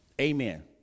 Amen